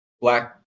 black